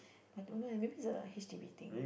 I don't know eh maybe is the H_D_B thing